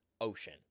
ocean